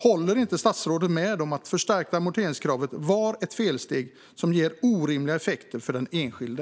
Håller inte statsrådet med om att det förstärkta amorteringskravet var ett felsteg som ger orimliga effekter för den enskilde?